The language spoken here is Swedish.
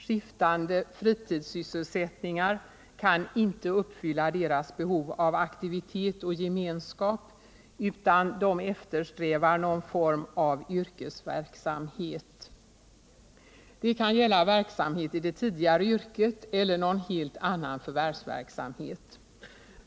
Skiftande fritidssysselsättningar kan inte uppfylla deras behov av aktivitet och gemenskap, utan vi eftersträvar någon form av yrkesverksamhet. Det kan gälla verksamhet i det tidigare yrket eller någon helt annan förvärvsverksamhet.